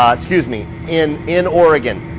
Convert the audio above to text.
um excuse me, in in oregon,